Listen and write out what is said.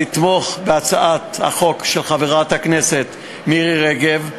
לתמוך בהצעת החוק של חברת הכנסת מירי רגב,